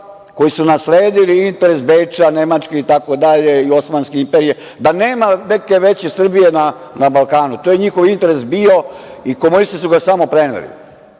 koji su nasledili interes Beča, Nemačke i tako dalje i Osmanske imperije, da nema neke veće Srbije na Balkanu. Tu je njihov interes bio i komunisti su ga samo preneli.